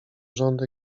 rząd